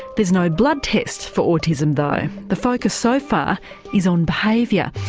there's no blood test for autism though, the focus so far is on behaviour,